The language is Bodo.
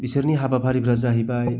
बिसोरनि हाबाफारिफोरा जाहैबाय